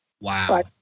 Wow